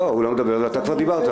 לא, הוא לא מדבר ואתה כבר דיברת.